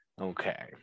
okay